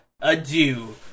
adieu